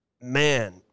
Man